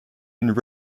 and